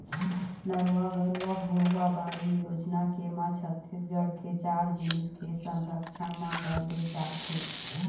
नरूवा, गरूवा, घुरूवा, बाड़ी योजना के म छत्तीसगढ़ के चार जिनिस के संरक्छन म बल दे जात हे